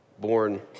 Born